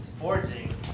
forging